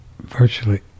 virtually